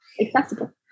accessible